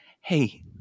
Hey